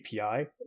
API